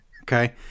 okay